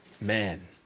man